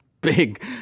big